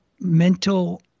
mental